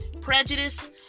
Prejudice